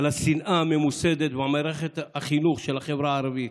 את השנאה הממוסדת במערכת החינוך של החברה הערבית.